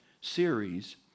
series